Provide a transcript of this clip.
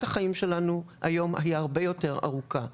החיים שלנו היום היא הרבה יותר ארוכה,